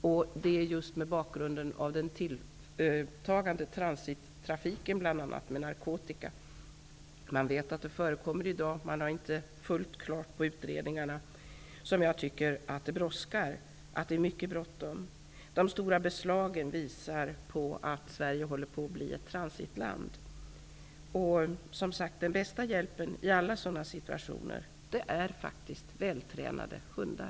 Det är just mot bakgrund av den tilltagande transittrafiken med bl.a. narkotika -- man vet att sådant förekommer i dag, även om man inte är fullt klar med utredningarna -- som jag tycker att det brådskar. Det är mycket bråttom. De stora beslagen visar att Sverige håller på att bli ett transitland. Som sagt: Den bästa hjälpen i alla sådana situationer är faktiskt vältränade hundar.